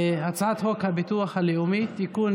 הצעת חוק הביטוח הלאומי (תיקון,